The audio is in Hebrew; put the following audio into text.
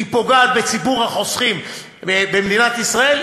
היא פוגעת בציבור החוסכים במדינת ישראל,